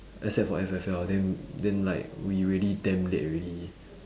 except for F_F_L then then like we already damn late ready